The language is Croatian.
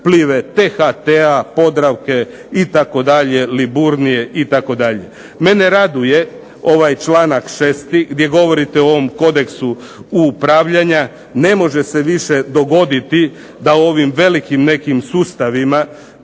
INA-e, THT-a, Podravke itd., Liburnije itd. Mene raduje ovaj članak 6. gdje govorite o ovom kodeksu upravljanja. Ne može se više dogoditi da o ovim velikim nekim nekim sustavima